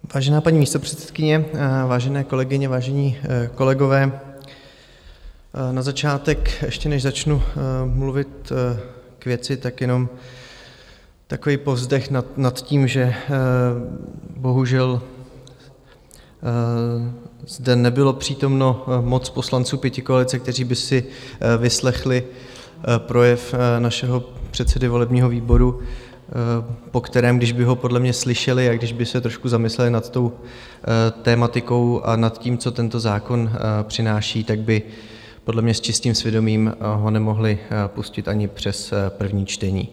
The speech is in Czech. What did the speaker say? Vážená paní místopředsedkyně, vážené kolegyně, vážení kolegové na začátek, ještě než začnu mluvit k věci, tak jenom takový povzdech nad tím, že bohužel zde nebylo přítomno moc poslanců pětikoalice, kteří by si vyslechli projev našeho předsedy volebního výboru, po kterém, kdyby ho podle mě slyšeli a kdyby se trošku zamysleli nad tou tematikou a nad tím, co tento zákon přináší, tak by podle mě s čistým svědomím ho nemohli pustit ani přes první čtení.